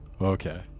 Okay